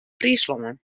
fryslân